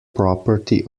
property